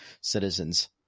citizens